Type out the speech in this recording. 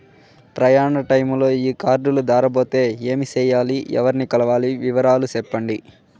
ప్రయాణ టైములో ఈ కార్డులు దారబోతే ఏమి సెయ్యాలి? ఎవర్ని కలవాలి? వివరాలు సెప్పండి?